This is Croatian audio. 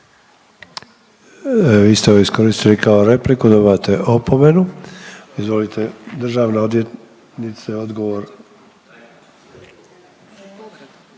Vi ste ovo iskoristili kao repliku, dobivate opomenu. Izvolite, državna odvjetnice, odgovor.